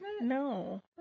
No